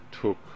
took